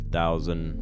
thousand